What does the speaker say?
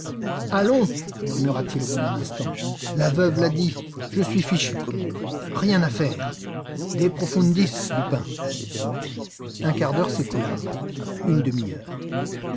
allons murmura-t-il au bout d'un instant la veuve l'a dit je suis fichu rien à faire de profundis lupin un quart d'heure s'écoula une demi-heure